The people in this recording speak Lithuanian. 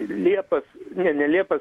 liepas ne ne liepas